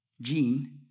Gene